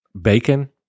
bacon